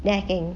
that can